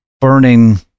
burning